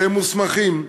שהם מוסמכים,